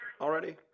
already